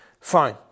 fine